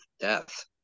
death